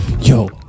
Yo